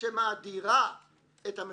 שמאדירה את המחבל,